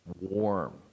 warm